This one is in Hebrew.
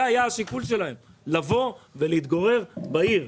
זה היה השיקול שלהם לבוא ולהתגורר בעיר.